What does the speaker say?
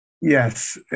Yes